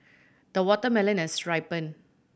the watermelon has ripened